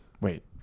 Wait